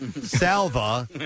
Salva